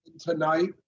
tonight